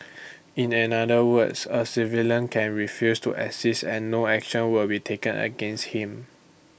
in another words A civilian can refuse to assist and no action will be taken against him